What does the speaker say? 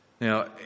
Now